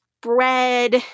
bread